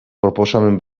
proposamen